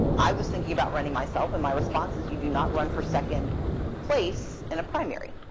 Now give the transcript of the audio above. i was thinking about running myself and my response is you do not run for second place in a primary.